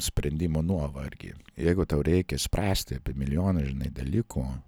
sprendimo nuovargį jeigu tau reikia spręsti apie milijoną žinai dalykų